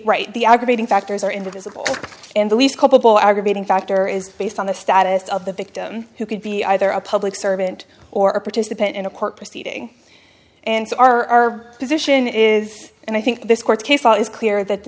right the aggravating factors are invisible and the least culpable aggravating factor is based on the status of the victim who could be either a public servant or a participant in a court proceeding and so our position is and i think this court case law is clear that th